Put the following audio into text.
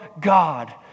God